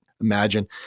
imagine